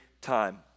time